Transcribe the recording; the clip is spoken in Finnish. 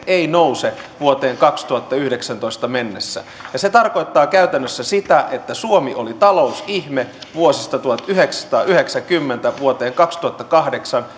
ei nouse vuoteen kaksituhattayhdeksäntoista mennessä ja se tarkoittaa käytännössä sitä että suomi oli talousihme vuodesta tuhatyhdeksänsataayhdeksänkymmentä vuoteen kaksituhattakahdeksan